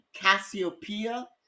Cassiopeia